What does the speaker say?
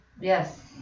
Yes